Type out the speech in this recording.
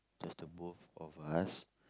just the both of us